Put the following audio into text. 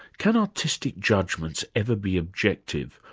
can artistic judgments ever be objective,